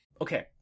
Okay